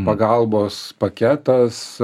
pagalbos paketas